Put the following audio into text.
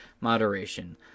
moderation